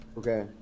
Okay